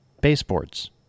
baseboards